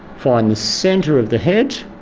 find the centre of the head.